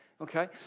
okay